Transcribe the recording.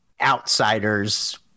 outsiders